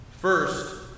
first